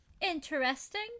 interesting